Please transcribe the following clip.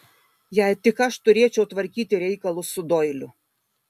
jei tik aš turėčiau tvarkyti reikalus su doiliu